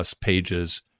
pages